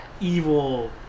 evil